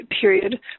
period